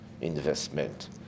investment